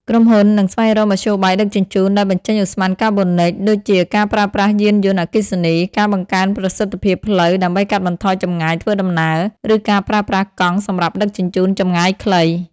ក្រុមហ៊ុននឹងស្វែងរកមធ្យោបាយដឹកជញ្ជូនដែលបញ្ចេញឧស្ម័នកាបូនតិច ដូចជាការប្រើប្រាស់យានយន្តអគ្គិសនី ការបង្កើនប្រសិទ្ធភាពផ្លូវដើម្បីកាត់បន្ថយចម្ងាយធ្វើដំណើរ ឬការប្រើប្រាស់កង់សម្រាប់ដឹកជញ្ជូនចម្ងាយខ្លី។